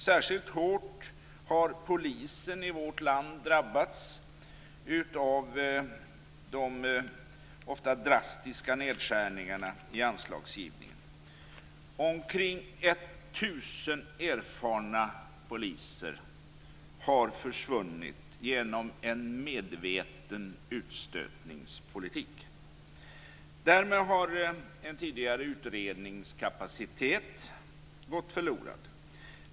Särskilt hårt har polisen i vårt land drabbats av de ofta drastiska nedskärningarna i anslagsgivningen. Omkring 1 000 erfarna poliser har försvunnit genom en medveten utstötningspolitik. Därmed har en tidigare utredningskapacitet gått förlorad.